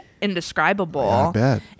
indescribable